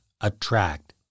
attract